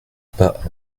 pas